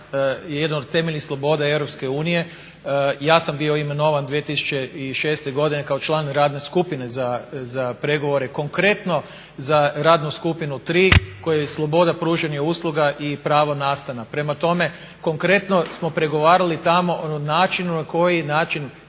jedna od temeljnih sloboda Europske unije. Ja sam bio imenovan 2006. godine kao član radne skupine za pregovore i konkretno za radnu skupinu 3 kojoj je sloboda pružanja usluga i prava nastana. Prema tome, konkretno smo pregovarali tamo o načinu, na koji način